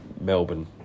Melbourne